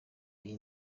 iyi